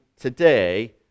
today